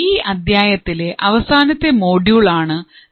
ഈ അദ്ധ്യായത്തിലെ അവസാനത്തെ മൊഡ്യൂൾ ആണ് ഇത്